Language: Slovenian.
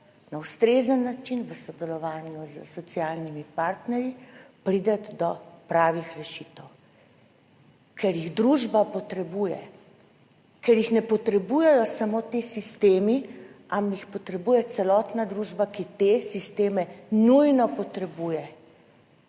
na ustrezen način, v sodelovanju s socialnimi partnerji priti do pravih rešitev. Ker jih družba potrebuje, ker jih ne potrebujejo samo ti sistemi, ampak jih potrebuje celotna družba, ki te sisteme nujno potrebuje.